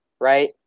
right